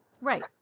Right